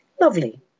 Lovely